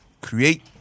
create